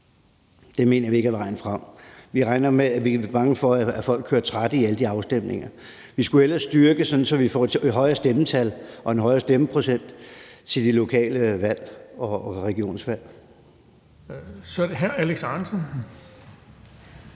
Det mener vi ikke er vejen frem. Vi er bange for, at folk kører træt i alle de afstemninger. Vi skulle hellere styrke det, sådan at vi får højere stemmetal og en højere stemmeprocent til de lokale valg og regionsvalgene. Kl. 21:53 Den